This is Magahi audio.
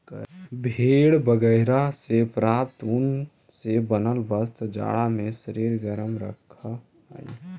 भेड़ बगैरह से प्राप्त ऊन से बनल वस्त्र जाड़ा में शरीर गरम रखऽ हई